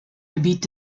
gebiet